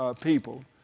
people